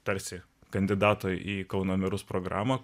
tarsi kandidato į kauno merus programą